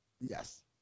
yes